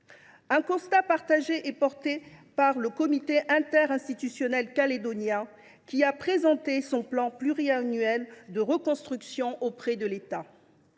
Ce constat est notamment celui du comité interinstitutionnel calédonien, qui a présenté son plan pluriannuel de reconstruction auprès de l’État.